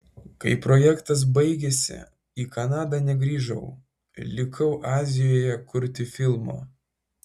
kai projektas baigėsi į kanadą negrįžau likau azijoje kurti filmo